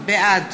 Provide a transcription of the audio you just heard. בעד